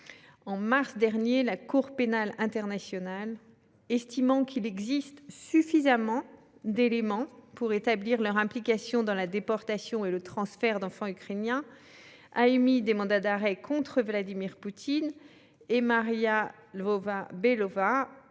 En mars dernier, la Cour pénale internationale, estimant qu'il existait suffisamment d'éléments pour établir leur implication dans la déportation et le transfert d'enfants ukrainiens, a émis des mandats d'arrêt contre Vladimir Poutine et Maria Lvova-Belova,